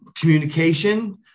communication